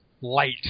light